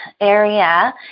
area